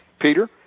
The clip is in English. Peter